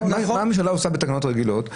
מה הממשלה עושה בתקנות רגילות?